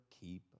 keep